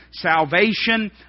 Salvation